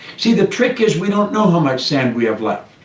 see, the trick is, we don't know how much sand we have left.